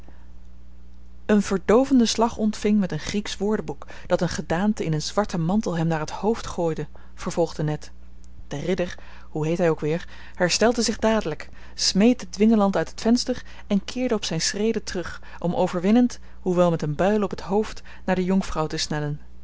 hij een verdoovenden slag ontving met een grieksch woordenboek dat een gedaante in een zwarten mantel hem naar het hoofd gooide vervolgde ned de ridder hoe heet hij ook weer herstelde zich dadelijk smeet den dwingeland uit het venster en keerde op zijn schreden terug om overwinnend hoewel met een buil op het hoofd naar de jonkvrouw te snellen